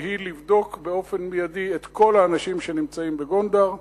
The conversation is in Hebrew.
והיא לבדוק באופן מיידי את כל האנשים שנמצאים בגונדר.